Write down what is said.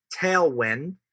tailwind